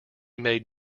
made